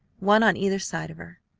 one on either side of her.